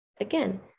Again